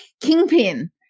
Kingpin